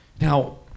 Now